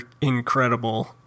incredible